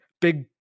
big